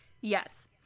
yes